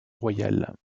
royale